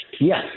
Yes